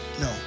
No